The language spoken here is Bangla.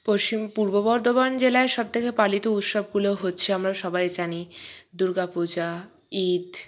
পশ্চিম পূর্ব বর্ধমান জেলায় সবথেকে পালিত উৎসবগুলো হচ্ছে আমরা সবাই জানি দুর্গা পূজা ঈদ